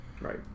Right